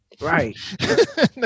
Right